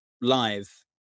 live